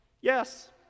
Yes